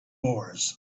moors